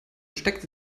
steckte